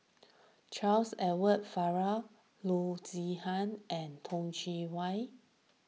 Charles Edward Faber Loo Zihan and Toh Chin